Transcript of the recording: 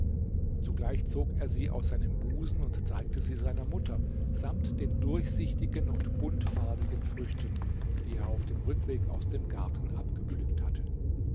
zugleich zog er sie aus seinem busen und zeigte sie seiner mutter samt den durchsichtigen und buntfarbigen früchten die er auf dem rückweg aus dem garten abgepflückt hatte